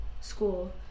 school